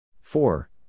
Four